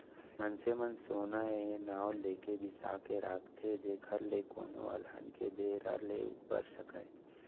मनसे मन सोना ए नांव लेके बिसा के राखथे जेखर ले कोनो अलहन के बेरा ले उबर सकय